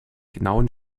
genauen